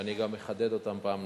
ואני גם אחדד אותן פעם נוספת.